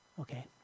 Okay